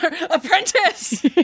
Apprentice